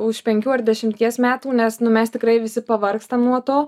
už penkių ar dešimties metų nes mes tikrai visi pavargstam nuo to